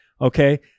Okay